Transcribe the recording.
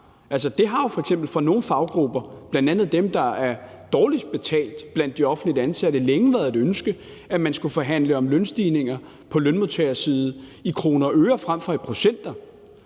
det har jo f.eks. for nogle faggrupper, bl.a. dem, der er dårligst betalt blandt de offentligt ansatte, længe været et ønske, at man skulle forhandle om lønstigninger på lønmodtagerside i kroner og øre frem for i procenter,